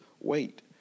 Wait